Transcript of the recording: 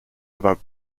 about